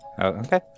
Okay